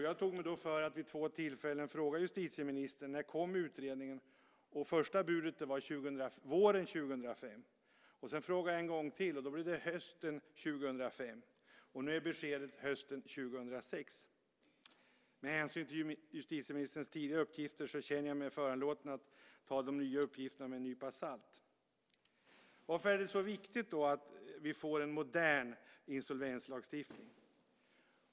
Jag tog mig då före att fråga justitieministern om när utredningen skulle komma. Första budet var våren 2005. Sedan frågade jag en gång till, och då blev det hösten 2005. Nu är beskedet hösten 2006. Med hänsyn till justitieministerns tidigare uppgifter känner jag mig föranlåten att ta de nya uppgifterna med en nypa salt. Varför är det då så viktigt att vi får en modern insolvenslagstiftning?